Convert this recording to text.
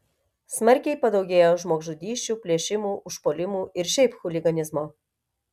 smarkiai padaugėjo žmogžudysčių plėšimų užpuolimų ir šiaip chuliganizmo